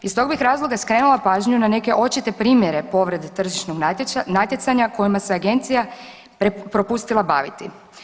Iz tog bih razloga skrenula pažnju na neke očite primjer povrede tržišnog natjecanja kojima se agencija propustila baviti.